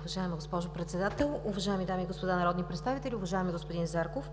Уважаема госпожо Председател, уважаеми дами и господа народни представители, уважаеми господин Зарков!